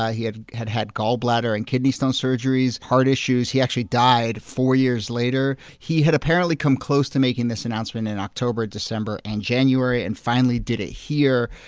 ah he had had had gallbladder and kidney stone surgeries, heart issues. he actually died four years later. he had apparently come close to making this announcement in october, december, and january and finally did it here.